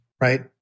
right